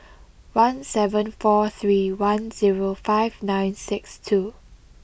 one seven four three one zero five nine six two